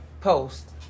post